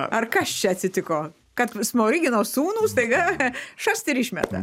ar kas čia atsitiko kad smorigino sūnų staiga šast ir išmeta